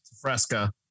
Fresca